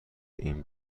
این